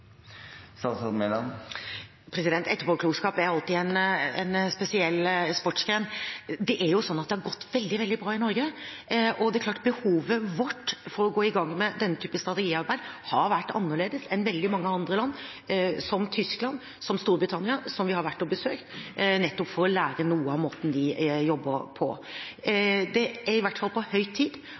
er alltid en spesiell sportsgren. Det har jo gått veldig, veldig bra i Norge, og det er klart at behovet vårt for å gå i gang med denne typen strategiarbeid har vært annerledes enn for veldig mange andre land, som Tyskland, som Storbritannia, som vi har vært og besøkt, nettopp for å lære noe av måten de jobber på. Det er i hvert fall på høy tid